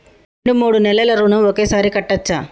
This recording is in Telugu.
రెండు మూడు నెలల ఋణం ఒకేసారి కట్టచ్చా?